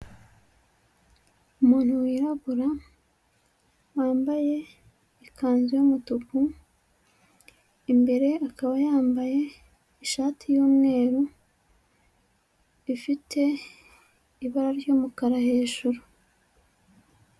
Umuntu wirabura, wambaye ikanzu y'umutuku, imbere akaba yambaye ishati y'umweru, ifite ibara ry'umukara hejuru.